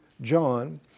John